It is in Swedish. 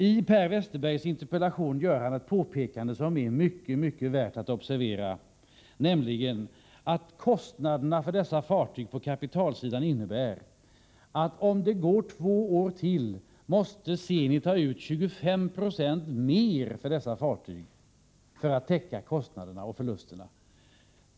I Per Westerbergs interpellation görs ett påpekande som verkligen är värt att observera, nämligen att kostnaderna för de berörda fartygen på kapitalsidan innebär att om det går ytterligare två år måste Zenit ta ut 25 90 mer för dessa fartyg vid en försäljning för att täcka kostnaderna och undvika förluster.